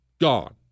Gone